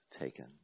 taken